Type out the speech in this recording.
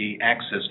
access